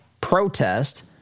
protest